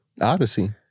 odyssey